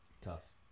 Tough